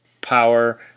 Power